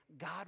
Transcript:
God